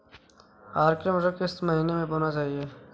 Arkel मटर किस महीना में बोना चाहिए?